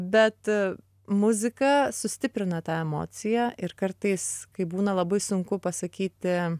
bet muzika sustiprina tą emociją ir kartais kai būna labai sunku pasakyti